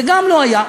זה גם לא היה,